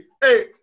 hey